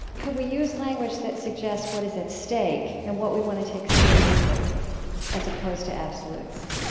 could we use language that suggests what is at stake and what we want to take seriously as opposed to absolutes?